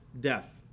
death